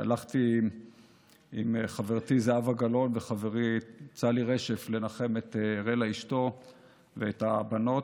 הלכתי עם חברתי זהבה גלאון וחברי צלי רשף לנחם את אראלה אשתו ואת הבנות.